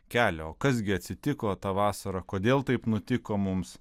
kelia o kas gi atsitiko tą vasarą kodėl taip nutiko mums